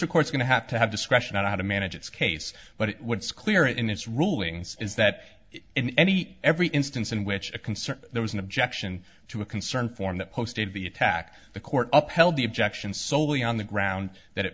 records going to have to have discretion on how to manage its case but what's clear in its rulings is that in any every instance in which a concert there was an objection to a concerned form that posted the attack the court up held the objection solely on the ground that it